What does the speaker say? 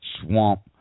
swamp